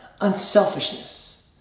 unselfishness